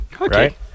Okay